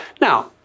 Now